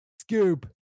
Scoop